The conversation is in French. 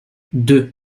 deux